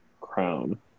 crown